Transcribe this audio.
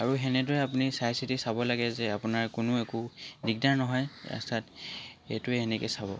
আৰু তেনেদৰে আপুনি চাই চিটি চাব লাগে যে আপোনাৰ কোনো একো দিগদাৰ নহয় ৰাস্তাত সেইটোৱে এনেকৈ চাব